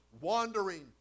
wandering